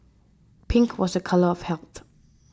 pink was a colour of health